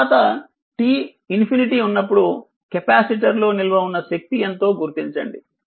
తర్వాత t ∞ ఉన్నప్పుడు capacitor లో నిల్వ ఉన్న శక్తి ఎంతో గుర్తించండి